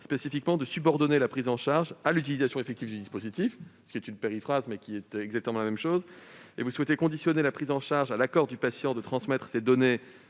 spécifiquement de subordonner la prise en charge à son utilisation effective. C'est une périphrase, mais elle signifie exactement la même chose. Vous souhaitez conditionner la prise en charge à l'accord du patient de transmettre ses données